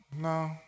no